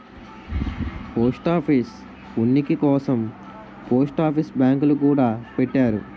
post office ఉనికి కోసం post office బ్యాంకులు గూడా పెట్టారు